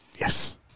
Yes